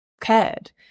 cared